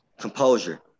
composure